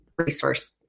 resource